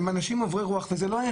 הם אנשים עוברי אורח,